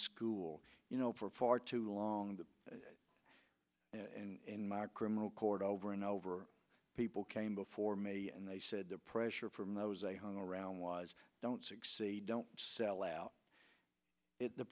school you know for far too long to and in my criminal court over and over people came before me and they said the pressure from i was a hung around was don't succeed don't sell out